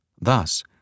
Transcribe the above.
Thus